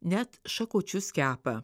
net šakočius kepa